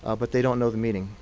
ah but they don't know the meaning.